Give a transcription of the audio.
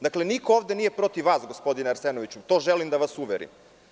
Dakle, niko ovde nije protiv vas, gospodine Arsenoviću, u to želim da vas uverim.